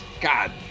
god